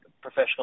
professional